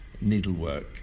needlework